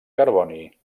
carboni